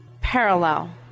parallel